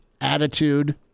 attitude